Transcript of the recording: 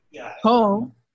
home